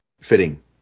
fitting